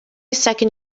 second